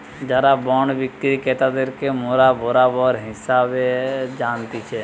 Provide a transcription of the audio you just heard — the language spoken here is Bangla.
যারা বন্ড বিক্রি ক্রেতাদেরকে মোরা বেরোবার হিসেবে জানতিছে